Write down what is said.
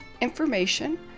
information